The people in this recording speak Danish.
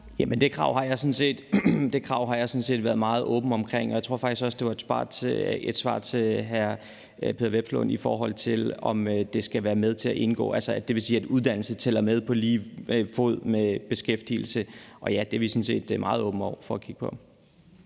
det krav har jeg sådan set været meget åben omkring, og jeg tror faktisk også, at jeg sagde det i et svar til hr. Peder Hvelplund, i forhold til om det skal indgå, altså at uddannelse tæller med på lige fod med beskæftigelse. Og ja, det er vi sådan set meget åbne over for at kigge på.